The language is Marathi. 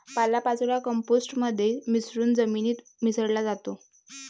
पालापाचोळा कंपोस्ट मध्ये मिसळून जमिनीत मिसळला जातो